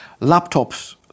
Laptops